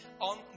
on